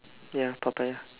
ya Papaya